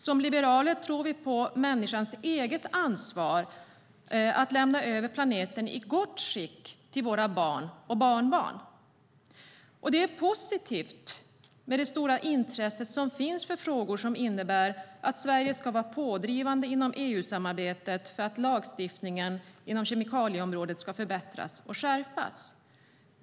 Som liberaler tror vi på människans eget ansvar att lämna över planeten i gott skick till våra barn och barnbarn. Det är positivt med det stora intresse som finns för frågor som innebär att Sverige ska vara pådrivande inom EU-samarbetet för att lagstiftningen på kemikalieområdet ska förbättras och skärpas.